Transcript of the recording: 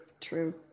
true